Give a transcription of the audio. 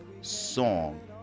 song